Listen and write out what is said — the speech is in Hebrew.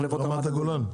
מחלבות רמת הגולן.